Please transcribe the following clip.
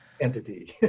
Entity